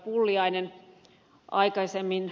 pulliainen aikaisemmin